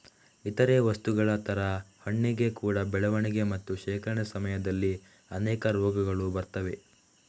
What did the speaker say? ಇತರೇ ವಸ್ತುಗಳ ತರ ಹಣ್ಣಿಗೆ ಕೂಡಾ ಬೆಳವಣಿಗೆ ಮತ್ತೆ ಶೇಖರಣೆ ಸಮಯದಲ್ಲಿ ಅನೇಕ ರೋಗಗಳು ಬರ್ತವೆ